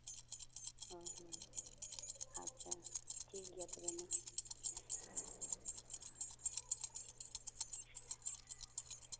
ᱚ ᱦᱚᱸ ᱟᱪᱪᱷᱟ ᱴᱷᱤᱠᱜᱮᱭᱟ ᱛᱚᱵᱮ ᱢᱟ